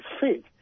fit